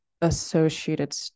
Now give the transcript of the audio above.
associated